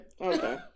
Okay